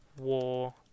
war